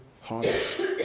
harvest